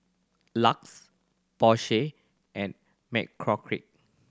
LUX Porsche and McCormick